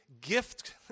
gift